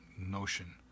notion